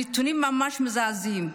הנתונים ממש מזעזעים.